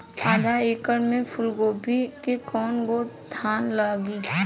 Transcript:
आधा एकड़ में फूलगोभी के कव गो थान लागी?